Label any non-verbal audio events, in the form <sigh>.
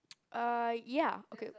<noise> uh ya okay